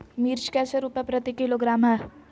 मिर्च कैसे रुपए प्रति किलोग्राम है?